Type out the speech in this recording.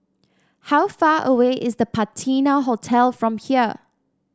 how far away is The Patina Hotel from here